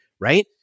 right